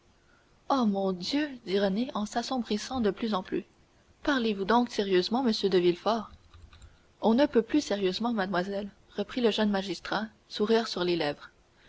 oh mon dieu dit renée en s'assombrissant de plus en plus parlez-vous donc sérieusement monsieur de villefort on ne peut plus sérieusement mademoiselle reprit le jeune magistrat le sourire sur les lèvres